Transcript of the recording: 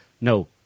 No